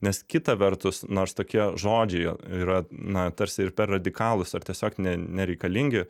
nes kita vertus nors tokie žodžiai yra na tarsi ir per radikalūs ar tiesiog ne nereikalingi